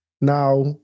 now